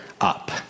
up